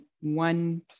one